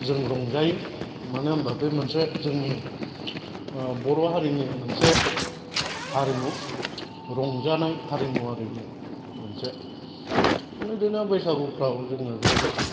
जों रंजायो मानो होमब्ला बे मोनसे जोंनि बर' हारिनि मोनसे हारिमु रंजानाय हारिमु आरो बियो मोनसे बिदिनो बैसागुफ्राव जोङो ज'ज'